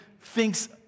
thinks